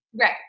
Right